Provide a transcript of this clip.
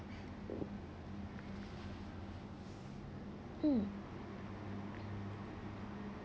mm